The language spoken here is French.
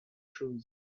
choses